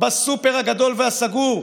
בסופר הגדול והסגור,